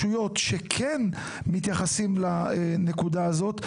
בחוקי העזר ברשויות שכן מתייחסות לנקודה הזאת,